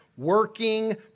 working